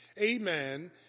Amen